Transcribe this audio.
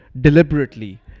deliberately